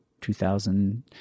2000